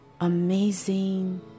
amazing